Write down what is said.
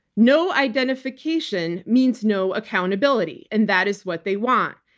no identification means no accountability and that is what they want.